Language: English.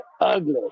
ugly